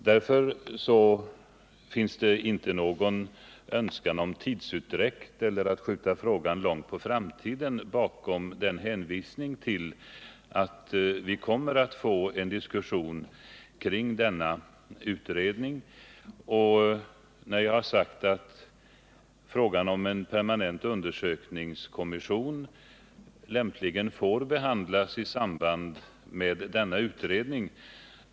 Det finns inte någon önskan om tidsutdräkt bakom hänvisningen till att vi kommer att få en diskussion kring denna utredning. Jag har sagt att frågan om en permanent undersökningskommission lämpligen får behandlas i samband med denna utredning.